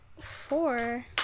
four